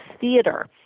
theater